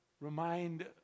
Remind